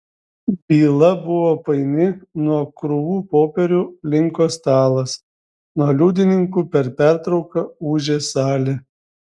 byla buvo paini nuo krūvų popierių linko stalas nuo liudininkų per pertrauką ūžė salė